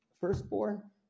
firstborn